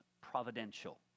providential